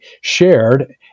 shared